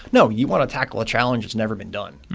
no. you want to tackle a challenge that's never been done.